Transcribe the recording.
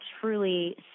truly